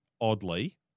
oddly